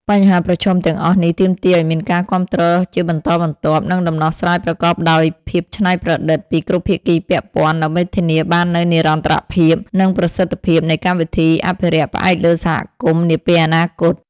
បញ្ហាប្រឈមទាំងអស់នេះទាមទារឱ្យមានការគាំទ្រជាបន្តបន្ទាប់ និងដំណោះស្រាយប្រកបដោយភាពច្នៃប្រឌិតពីគ្រប់ភាគីពាក់ព័ន្ធ ដើម្បីធានាបាននូវនិរន្តរភាព និងប្រសិទ្ធភាពនៃកម្មវិធីអភិរក្សផ្អែកលើសហគមន៍នាពេលអនាគត។